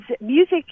music